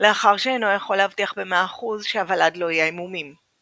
לאחר שאינו יכול להבטיח במאה אחוז שהוולד לא יהיה עם מומים.